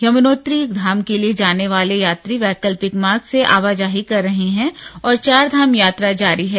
यमुनोत्री धाम के लिए जाने वाले यात्री वैकल्पिक मार्ग से आवाजाही कर रहें हैं और चारधाम यात्रा जारी है